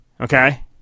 okay